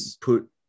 put